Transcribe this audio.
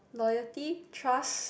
loyalty trust